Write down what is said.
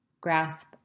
grasp